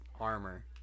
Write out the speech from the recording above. armor